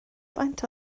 faint